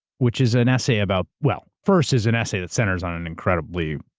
which is an essay about, well, first is an essay that centers on an incredibly